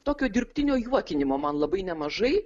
tokio dirbtinio juokinimo man labai nemažai